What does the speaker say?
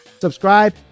Subscribe